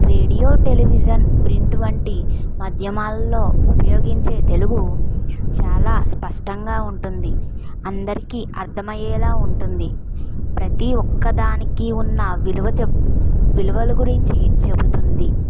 radio television print వంటి మాధ్యమాలలో ఉపయోగించే తెలుగు చాలా స్పష్టంగా ఉంటుంది అందరికీ అర్థమయ్యేలా ఉంటుంది ప్రతి ఒక్కదానికి ఉన్న విలువ విలువలు గురించి చెబుతుంది